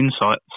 insights